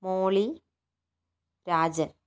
Molly Rajan